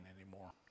anymore